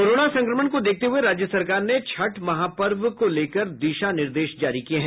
corona संक्रमण को देखते हये राज्य सरकार ने छठ महापर्व को लेकर दिशा निर्देश जारी किये हैं